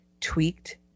tweaked